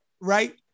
right